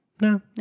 No